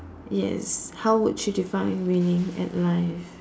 yes how would you define winning at life